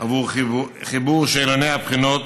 בעבור חיבור שאלוני הבחינות,